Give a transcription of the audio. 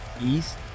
east